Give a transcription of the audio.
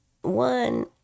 one